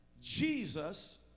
Jesus